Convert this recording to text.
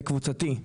זה קבוצתי.